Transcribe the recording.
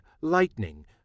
lightning